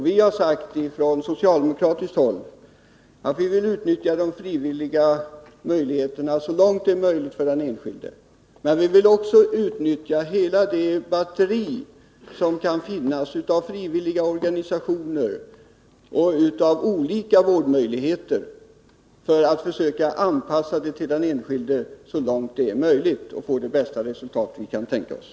Ifrån socialdemokratiskt håll har vi sagt att vi vill utnyttja de frivilliga möjligheterna så långt det är möjligt för den enskilde. Men vi vill också utnyttja hela det batteri som kan finnas av frivilliga organisationer och olika vårdmöjligheter, för att så långt möjligt försöka göra en anpassning till den enskilde och få det bästa resultat som vi kan tänka oss.